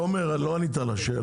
תומר, לא ענית על השאלה.